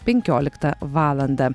penkioliktą valandą